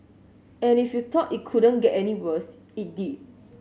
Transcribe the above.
and if you thought it couldn't get any worse it did